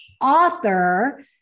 author